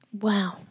Wow